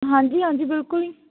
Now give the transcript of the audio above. ਹਾਂਜੀ ਹਾਂਜੀ ਬਿਲਕੁਲ ਹੀ